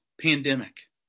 pandemic